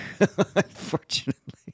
Unfortunately